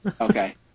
Okay